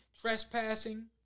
trespassing